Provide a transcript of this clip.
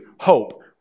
hope